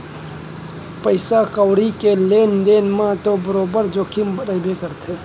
पइसा कउड़ी के लेन देन म तो बरोबर जोखिम रइबे करथे